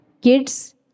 kids